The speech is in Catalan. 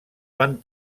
van